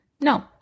no